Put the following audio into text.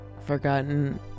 forgotten